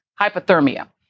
hypothermia